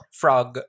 frog